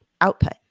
output